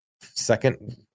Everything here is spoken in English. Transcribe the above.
Second